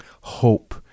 hope